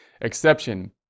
Exception